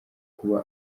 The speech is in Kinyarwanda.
kuba